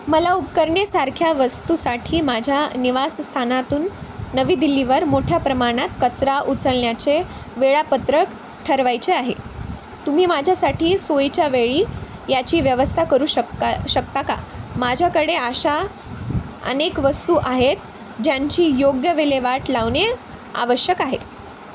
मला उपकरणेसारख्या वस्तूसाठी माझ्या निवासस्थानातून नवी दिल्लीवर मोठ्या प्रमाणात कचरा उचलण्याचे वेळापत्रक ठरवायचे आहे तुम्ही माझ्यासाठी सोईच्या वेळी याची व्यवस्था करू शक्का शकता का माझ्याकडे अशा अनेक वस्तू आहेत ज्यांची योग्य विल्हेवाट लावणे आवश्यक आहे